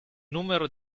numero